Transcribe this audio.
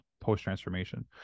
post-transformation